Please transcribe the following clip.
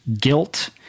Guilt